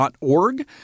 org